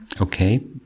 Okay